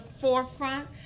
forefront